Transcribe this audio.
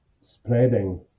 spreading